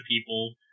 people